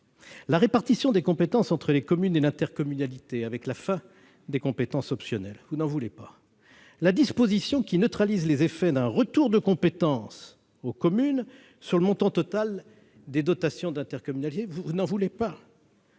la répartition des compétences entre les communes et l'intercommunalité, avec la fin des compétences optionnelles, vous n'en voulez pas ; la disposition qui vise à neutraliser les effets d'un retour de compétences aux communes sur le montant total des dotations d'intercommunalité, vous n'en voulez pas